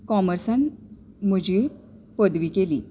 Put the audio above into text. कॉमर्सांत म्हजी पदवी केली